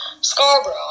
Scarborough